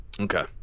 Okay